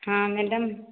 ହଁ ମ୍ୟାଡ଼ାମ